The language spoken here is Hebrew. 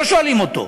לא שואלים אותו.